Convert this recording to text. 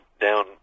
down